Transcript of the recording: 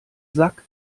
sack